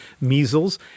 measles